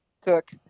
Cook